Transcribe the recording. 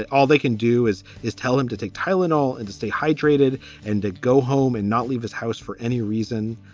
all they can do is is tell him to take tylenol and to stay hydrated and to go home and not leave his house for any reason.